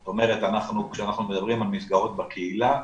זאת אומרת כשאנחנו מדברים על מסגרות בקהילה,